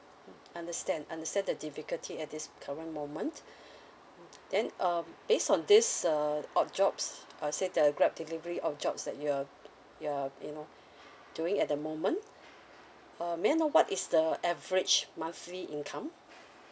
understand understand the difficulty at this current moment then um based on this uh odd jobs uh say the grab delivery odd jobs that you're you're you know doing at the moment um may I know what is the average monthly income